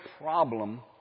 problem